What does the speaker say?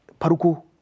Paruku